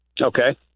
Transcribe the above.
Okay